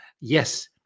yes